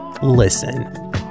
Listen